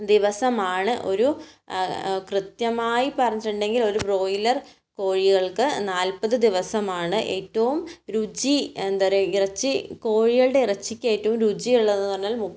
ദിവസമാണ് ഒരു കൃത്യമായി പറഞ്ഞിട്ടുണ്ടെങ്കിൽ ഒരു ബ്രോയ്ലർ കോഴികൾക്ക് നാല്പത് ദിവസമാണ് ഏറ്റവും രുചി എന്താ പറയാ ഇറച്ചി കോഴികളുടെ ഇറച്ചിക്ക് ഏറ്റവും രുചി ഉള്ളത് എന്ന് പറഞ്ഞാൽ